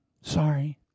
Sorry